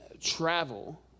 travel